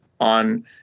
on